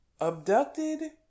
Abducted